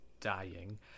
dying